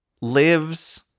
lives